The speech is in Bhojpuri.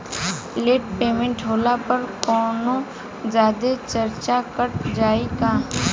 लेट पेमेंट होला पर कौनोजादे चार्ज कट जायी का?